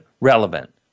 relevant